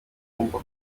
bumva